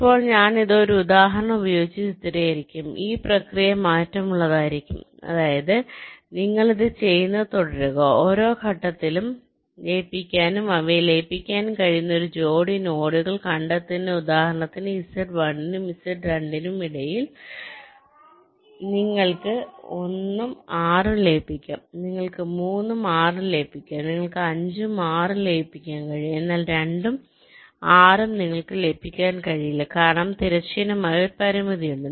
ഇപ്പോൾ ഞാൻ ഇത് ഒരു ഉദാഹരണം ഉപയോഗിച്ച് ചിത്രീകരിക്കും ഈ പ്രക്രിയ മാറ്റമുള്ളതായിരിക്കും അതായത് നിങ്ങൾ ഇത് ചെയ്യുന്നത് തുടരുക ഓരോ ഘട്ടത്തിലും ലയിപ്പിക്കാനും അവയെ ലയിപ്പിക്കാനും കഴിയുന്ന ഒരു ജോടി നോഡുകൾ കണ്ടെത്തുന്നതിന് ഉദാഹരണത്തിന് Z1 നും Z2 നും ഇടയിൽ നിങ്ങൾക്ക് 1 ഉം 6 ഉം ലയിപ്പിക്കാം നിങ്ങൾക്ക് 3 ഉം 6 ഉം ലയിപ്പിക്കാം നിങ്ങൾക്ക് 5 ഉം 6 ഉം ലയിപ്പിക്കാൻ കഴിയും എന്നാൽ 2 ഉം 6 ഉം നിങ്ങൾക്ക് ലയിപ്പിക്കാൻ കഴിയില്ല കാരണം തിരശ്ചീനമായി ഒരു പരിമിതിയുണ്ട്